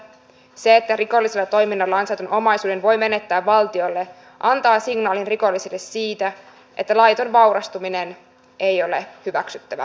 se että rikollisella toiminnalla ansaitun omaisuuden voi menettää valtiolle antaa signaalin rikollisille siitä että laiton vaurastuminen ei ole hyväksyttävää yhteiskunnassamme